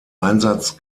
einsatz